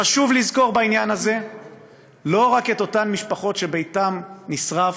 חשוב לזכור בעניין הזה לא רק את אותן משפחות שביתן נשרף,